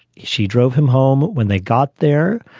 she drove him home. when they got there,